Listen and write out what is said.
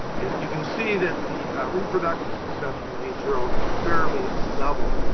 and you can see that the reproductive success from the age zero is a fairly level.